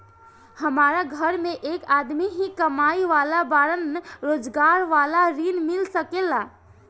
हमरा घर में एक आदमी ही कमाए वाला बाड़न रोजगार वाला ऋण मिल सके ला?